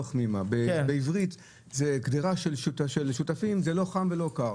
קרירא" קדירה של שותפים זה לא חם ולא קר.